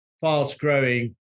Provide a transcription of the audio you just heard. fast-growing